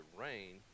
rain